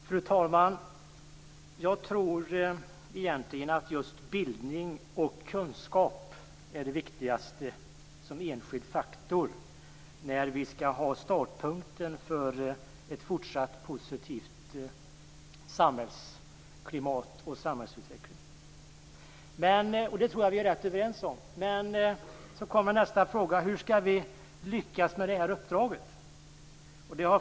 Fru talman! Jag tror egentligen att bildning och kunskap är den viktigaste enskilda faktorn för en fortsatt utveckling av ett positivt samhällsklimat, för en fortsatt positiv samhällsutveckling. Det tror jag också att vi är rätt överens om. Frågan blir då: Hur skall vi lyckas med det uppdraget?